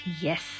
Yes